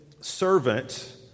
servant